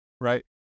right